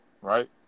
right